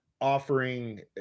offering